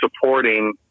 supporting